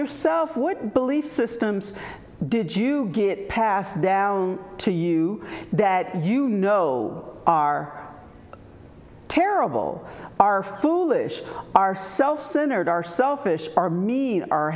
yourself what belief systems did you get passed down to you that you know are terrible are foolish are self centered are selfish are mean